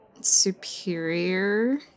superior